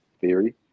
theory